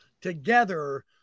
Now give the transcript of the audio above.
together